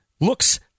looks